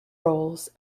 roles